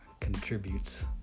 contributes